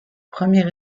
premier